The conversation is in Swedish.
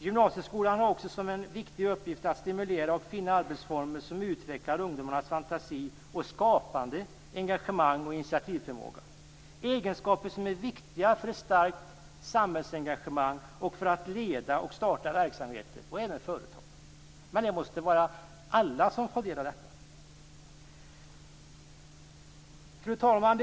Gymnasieskolan har också en viktig uppgift i att stimulera och finna arbetsformer som utvecklar ungdomarnas fantasi och skapande, engagemang och initiativförmåga - egenskaper som är viktiga för ett starkt samhällsengagemang och för att leda och starta verksamheter och företag. Detta måste alla få del av. Fru talman!